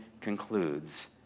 concludes